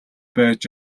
байж